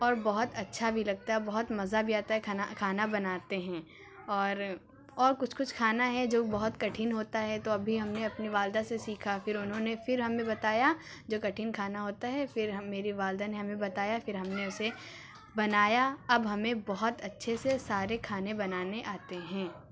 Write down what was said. اور بہت اچھا بھی لگتا ہے بہت مزہ بھی آتا ہے کھانا کھانا بناتے ہیں اور اور کچھ کچھ کھانا ہے جو بہت کٹھن ہوتا ہے تو اب بھی ہم نے اپنی والدہ سے سیکھا پھر انھوں نے پھر ہمیں بتایا جو کٹھن کھانا ہوتا ہے پھر ہم میری والدہ نے ہمیں بتایا پھر ہم نے اسے بنایا اب ہمیں بہت اچھے سے سارے کھانے بنانے آتے ہیں